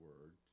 word